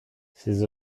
ces